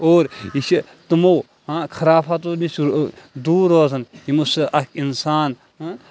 اور یہِ چھُ تِمو خَرافاتو نِش دوٗر روزان یِمو سۭتۍ اکھ اِنسان